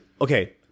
okay